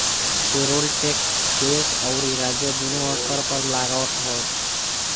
payroll tax देस अउरी राज्य दूनो स्तर पर लागत हवे